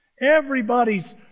Everybody's